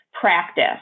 practice